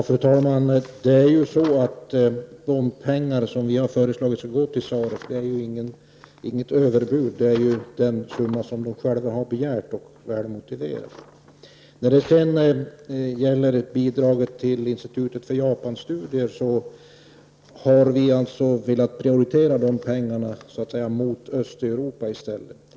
Fru talman! De pengar som vi har föreslagit skall gå till SAREC utgör inget överbud. Det är den summa som styrelsen själv har begärt och väl motiverat. Bidraget till institutet för Japanstudier har vi velat prioritera om till Östeuropa.